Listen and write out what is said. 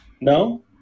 No